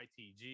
itg